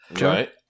Right